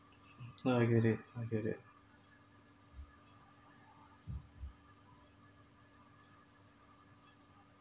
oh I get it I get it